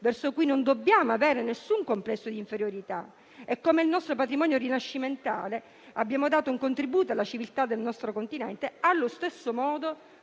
verso cui non dobbiamo avere nessun complesso di inferiorità. Così come con il nostro patrimonio rinascimentale abbiamo dato un contributo alla civiltà del nostro continente, allo stesso modo